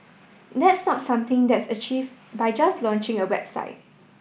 that's not something that's achieve by just launching a website